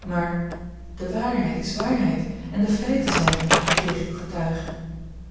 maar de waarheid is waarheid en de feiten zijn het die tegen u getuigen